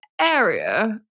area